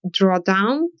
drawdown